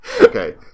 Okay